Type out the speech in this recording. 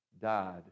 died